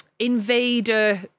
invader